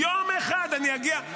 יום אחד אני אגיע.